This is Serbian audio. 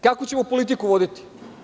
Kakvu ćemo politiku voditi?